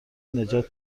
نجات